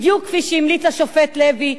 בדיוק כפי שהמליץ השופט לוי,